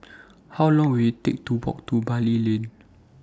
How Long Will IT Take to Walk to Bilal Lane